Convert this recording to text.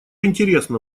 интересно